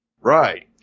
Right